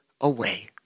away